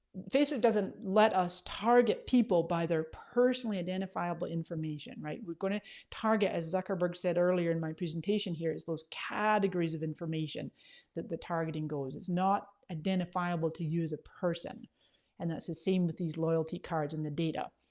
facebook doesn't let us target people by their personally identifiable information, right? we're gonna target as zuckerberg said earlier in my presentation here is those categories of information that the targeting goes. it's not identifiable to use a person and that's the same with these loyalty cards and the data.